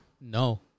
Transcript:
No